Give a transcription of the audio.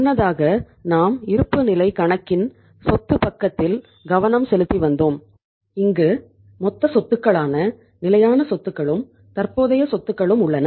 முன்னதாக நாம் இருப்புநிலைக் கணக்கின் சொத்து பக்கத்தில் கவனம் செலுத்தி வந்தோம் இங்கு மொத்த சொத்துக்களான நிலையான சொத்துக்களும் தற்போதைய சொத்துக்களும் உள்ளன